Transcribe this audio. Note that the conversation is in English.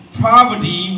poverty